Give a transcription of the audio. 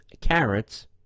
carrots